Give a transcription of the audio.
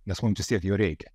nes mums vistiek jo reikia